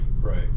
Right